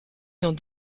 dans